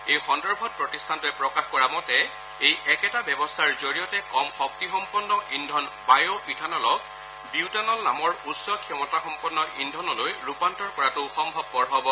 এই সন্দৰ্ভত প্ৰতিষ্ঠানটোৱে প্ৰকাশ কৰা মতে এই একেটা ব্যৱস্থাৰ জৰিয়তে কম শক্তিসম্পন্ন ইন্ধন বায় ইথানলক বিউটানল নামৰ উচ্চ ক্ষমতাসম্পন্ন ইন্ধনলৈ ৰূপান্তৰ কৰাটোও সম্ভৱপৰ হব